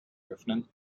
öffnen